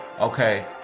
okay